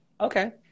Okay